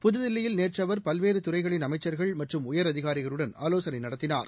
புதுதில்லியில் நேற்றுஅவர் பல்வேறுதுறைகளின் அமைச்சர்கள் உயர் மற்றும் அதிகாரிகளுடன்ஆலோசனைநடத்தினார்